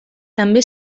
també